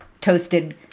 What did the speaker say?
toasted